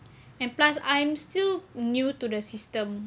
and plus I'm still new to the system